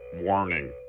warning